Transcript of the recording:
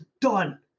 done